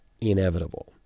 inevitable